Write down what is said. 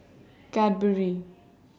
Cadbury